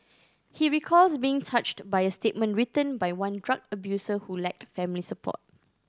he recalls being touched by a statement written by one drug abuser who lacked family support